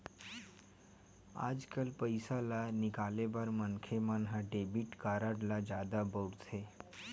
आजकाल पइसा ल निकाले बर मनखे मन ह डेबिट कारड ल जादा बउरथे